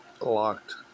locked